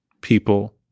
people